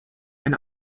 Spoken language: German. eine